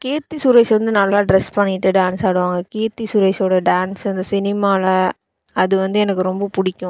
கீர்த்தி சுரேஷ் வந்து நல்லா ட்ரெஸ் பண்ணிட்டு டான்ஸ் ஆடுவாங்க கீர்த்தி சுரேஷோடய டான்ஸ் அந்த சினிமாவில் அது வந்து எனக்கு ரொம்ப பிடிக்கும்